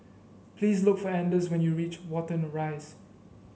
please look for Anders when you reach Watten Rise